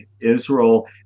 Israel